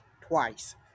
twice